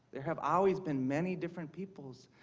there have always been many different peoples,